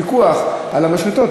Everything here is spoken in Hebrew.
פיקוח על המשחטות,